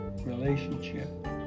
relationship